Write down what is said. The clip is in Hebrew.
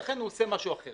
ולכן הוא עושה משהו אחר.